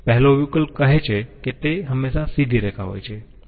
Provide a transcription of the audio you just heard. પહેલો વિકલ્પ કહે છે કે તે હંમેશાં સીધી રેખા હોય છે